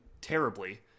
terribly